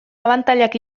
abantailak